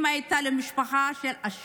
אם היא הייתה ממשפחה עשירה,